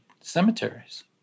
cemeteries